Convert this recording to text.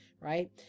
right